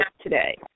today